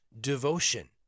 devotion